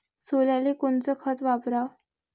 सोल्याले कोनचं खत वापराव?